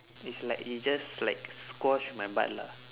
it's like it just like squash my butt lah